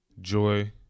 joy